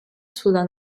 sulla